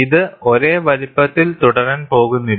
ഇത് ഒരേ വലുപ്പത്തിൽ തുടരാൻ പോകുന്നില്ല